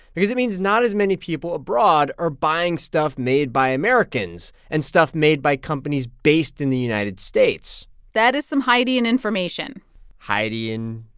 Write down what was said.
because it means not as many people abroad are buying stuff made by americans and stuff made by companies based in the united states that is some hydeian information hydeian.